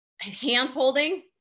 hand-holding